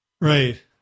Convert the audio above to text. Right